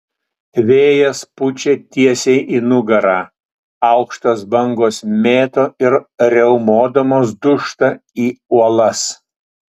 vėjas pučia tiesiai į nugarą aukštos bangos mėto ir riaumodamos dūžta į uolas